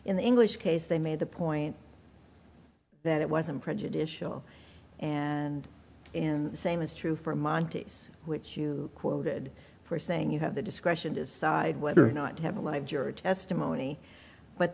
the english case they made the point that it wasn't prejudicial and in the same is true for montes which you quoted for saying you have the discretion decide whether or not to have a live jury testimony but